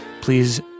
please